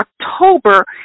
October